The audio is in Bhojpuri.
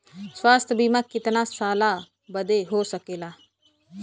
स्वास्थ्य बीमा कितना साल बदे हो सकेला?